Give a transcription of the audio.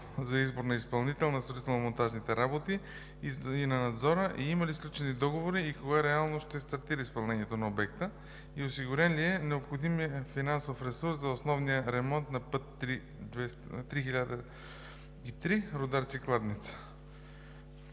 за избор на изпълнител на строително-монтажните работи и надзора? Има ли сключени договори и кога реално ще стартира изпълнението на обекта? Осигурен ли е необходимият финансов ресурс за основния ремонт на път III-1003 Рударци – Кладница?